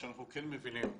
שאנחנו כן מבינים,